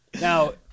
Now